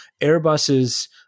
Airbus's